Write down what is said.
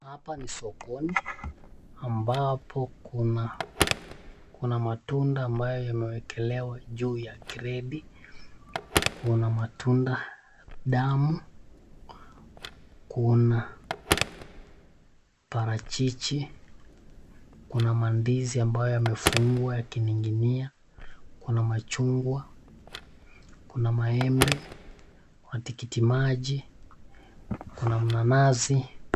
Hapa ni sokoni ambapo kuna matunda ambayo yamewekelewa juu ya kreti. Kuna matunda damu, kuna parachichi, kuna mandizi ambayo yamefungwa yakining'inia, kuna machungwa, kuna maembe, kuna tikitimaji, kuna nanasi.